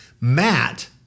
Matt